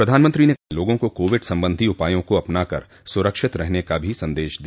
प्रधानमंत्री ने लोगों को कोविड संबंधी उपायों को अपनाकर सुरक्षित रहने का भी संदेश दिया